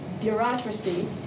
bureaucracy